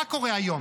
מה קורה היום?